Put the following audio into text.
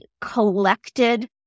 collected